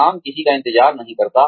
काम किसी का इंतजार नहीं करता